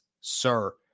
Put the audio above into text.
sir